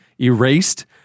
erased